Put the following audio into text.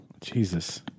Jesus